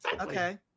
Okay